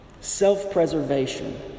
self-preservation